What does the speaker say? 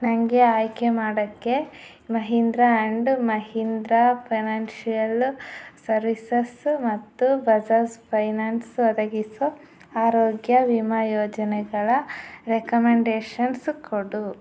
ನನಗೆ ಆಯ್ಕೆ ಮಾಡೋಕ್ಕೆ Mahindra and Mahindra financial services ಮತ್ತು ಬಜಾಜ್ ಫೈನಾನ್ಸ್ ಒದಗಿಸೋ ಆರೋಗ್ಯ ವಿಮಾ ಯೋಜನೆಗಳ ರೆಕಮೆಂಡೇಷನ್ಸ್ ಕೊಡು